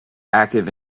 active